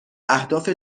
اهداف